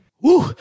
Woo